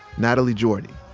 nathalie jordi,